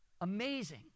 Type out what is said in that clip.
amazing